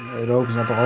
it opens up